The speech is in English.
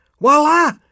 voila